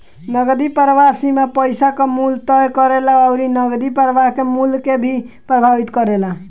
नगदी प्रवाह सीमा पईसा कअ मूल्य तय करेला अउरी नगदी प्रवाह के मूल्य के भी प्रभावित करेला